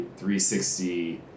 360